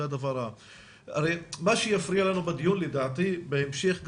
זה הדבר --- מה שיפריע לנו בדיון לדעתי בהמשך גם,